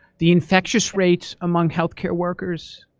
the infectious rate among healthcare workers.